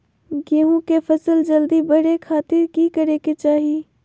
गेहूं के फसल जल्दी बड़े खातिर की करे के चाही?